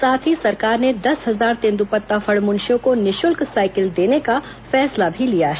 साथ ही सरकार ने दस हजार तेंद्रपत्ता फड़ मुशियों को निःशुल्क साइकिल देने का फैसला भी लिया है